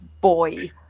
boy